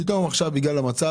פתאום עכשיו בגלל המצב,